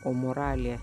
o moralė